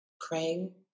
praying